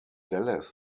dallas